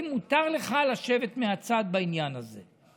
אם מותר לך לשבת מהצד בעניין הזה.